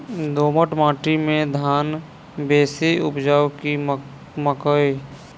दोमट माटि मे धान बेसी उपजाउ की मकई?